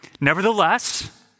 Nevertheless